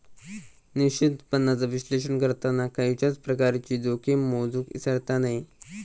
निश्चित उत्पन्नाचा विश्लेषण करताना खयच्याय प्रकारची जोखीम मोजुक इसरता नये